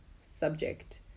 subject